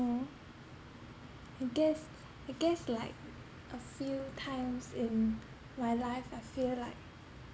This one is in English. know I guess I guess like a few times in my life I feel like